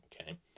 okay